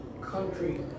country